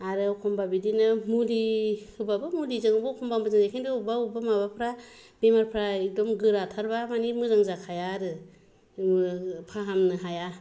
आरो एखमब्ला बिदिनो मुलि होब्लाबो मुलिजोंबो मोजां जायो बबेबा बबेबा बेमारफोरा एखदम गोराथारब्ला माने मोजां जाखाया आरो फाहामनो हाया